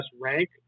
rank